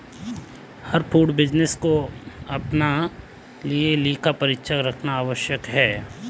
हर food business को अपने लिए एक लेखा परीक्षक रखना आवश्यक है